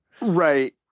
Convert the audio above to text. Right